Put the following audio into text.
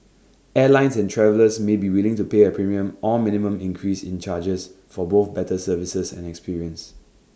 airlines and travellers may be willing to pay A premium or minimum increase in charges for both better services and experience